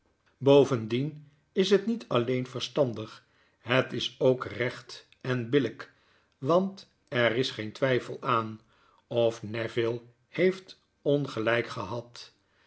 bovendien is het niet alleen verstandig het is ook recht en billijk want er is geen twgfel aan of neville heeft ongelijk gehad